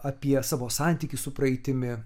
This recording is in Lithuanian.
apie savo santykį su praeitimi